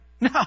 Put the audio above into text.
No